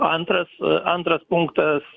antras antras punktas